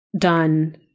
done